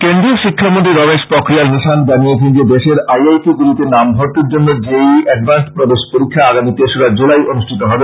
কেন্দ্রীয় শিক্ষামন্ত্রী রমেশ পোখরিয়াল নিশাষ্ক জানিয়েছেন যে দেশের আই আই টি গুলিতে নামভর্তির জন্য জে ই ই এ্যাডভান্সড্ প্রবেশ পরীক্ষা আগামী তেসরা জুলাই অনুষ্ঠিত হবে